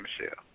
Michelle